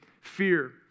fear